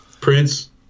Prince